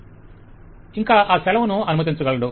client ఇంకా ఆ సెలవును అనుమతించగలడు